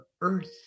earth